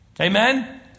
Amen